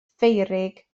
feurig